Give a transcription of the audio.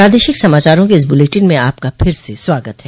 प्रादेशिक समाचारों के इस बुलेटिन में आपका फिर से स्वागत है